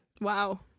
Wow